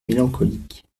mélancolique